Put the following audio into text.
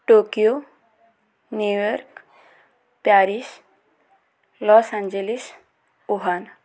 Tokyo New York Paris Los Angeles Wuhan